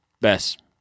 best